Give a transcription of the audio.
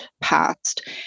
passed